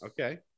Okay